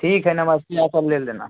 ठीक है नमस्ते यहाँ से सब ले लेना